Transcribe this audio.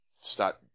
start